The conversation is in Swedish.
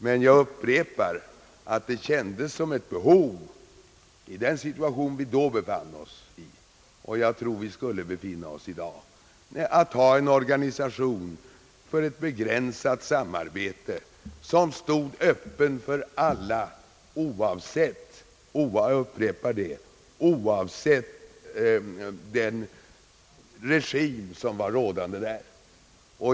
Men jag upprepar att det kändes som ett behov i den situation där vi då befann oss — och jag tror man känner samma behov i dagens situation — att ha en organisation för ett begränsat samarbete som stod öppen för alla oavsett, jag upprepar det, den regim som var rådande.